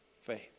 faith